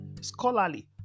scholarly